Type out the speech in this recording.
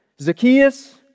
Zacchaeus